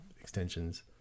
extensions